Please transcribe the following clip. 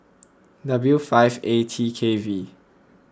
W five A T K V